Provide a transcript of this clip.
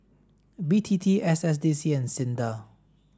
B T T S S D C and SINDA